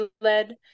led